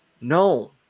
No